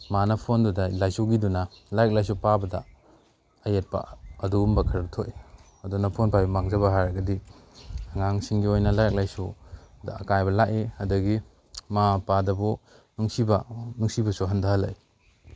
ꯃꯥꯅ ꯐꯣꯟꯗꯨꯗ ꯂꯥꯏꯆꯨꯈꯤꯗꯨꯅ ꯂꯥꯏꯔꯤꯛ ꯂꯥꯏꯁꯨ ꯄꯥꯕꯗ ꯑꯌꯦꯠꯄ ꯑꯗꯨꯒꯨꯝꯕ ꯈꯔ ꯊꯣꯛꯏ ꯑꯗꯨꯅ ꯐꯣꯟ ꯄꯥꯏꯕꯩ ꯃꯥꯡꯖꯕ ꯍꯥꯏꯔꯒꯗꯤ ꯑꯉꯥꯡꯁꯤꯡꯒꯤ ꯑꯣꯏꯅ ꯂꯥꯏꯔꯤꯛ ꯂꯥꯏꯁꯨꯗ ꯑꯀꯥꯏꯕ ꯂꯥꯛꯏ ꯑꯗꯨꯗꯒꯤ ꯃꯃꯥ ꯃꯄꯥꯗꯕꯨ ꯅꯨꯡꯁꯤꯕ ꯅꯨꯡꯁꯤꯕꯁꯨ ꯍꯟꯗꯍꯜꯂꯛꯏ